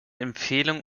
empfehlung